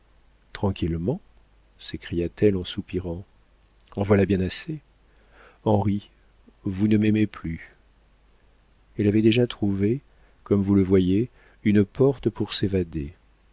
tranquillement s'écria-t-elle en soupirant en voilà bien assez henri vous ne m'aimez plus elle avait déjà trouvé comme vous le voyez une porte pour s'évader